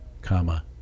comma